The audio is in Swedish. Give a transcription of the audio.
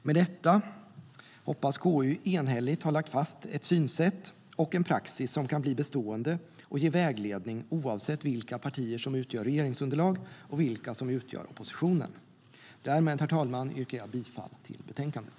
Med detta hoppas KU enhälligt ha lagt fast ett synsätt och en praxis som kan bli bestående och ge vägledning oavsett vilka partier som utgör regeringsunderlag och vilka som utgör opposition. Därmed, herr talman, yrkar jag bifall till förslaget i betänkandet.